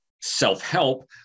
self-help